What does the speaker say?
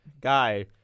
guy